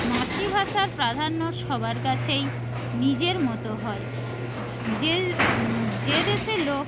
মাত্রিভাষার প্রাধান্য সবার কাছেই নিজের মতো হয় যে যে দেশের লোক